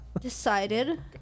decided